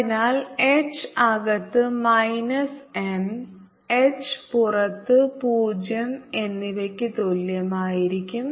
അതിനാൽ എച്ച് അകത്ത് minus M H പുറത്ത് 0 എന്നിവയ്ക്ക് തുല്യമായിരിക്കും